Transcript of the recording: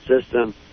system